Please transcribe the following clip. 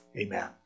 Amen